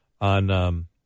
on